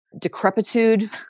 decrepitude